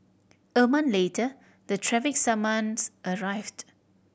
a month later the traffic summons arrived